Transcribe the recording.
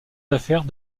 d’affaires